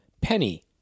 penny